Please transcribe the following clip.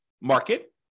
market